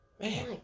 Man